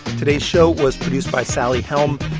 today's show was produced by sally helm.